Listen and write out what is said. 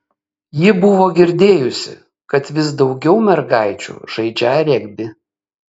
ji buvo girdėjusi kad vis daugiau mergaičių žaidžią regbį